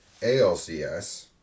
ALCS